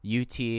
Ut